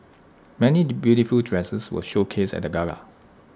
many beautiful dresses were showcased at the gala